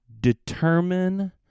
determine